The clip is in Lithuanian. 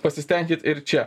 pasistenkit ir čia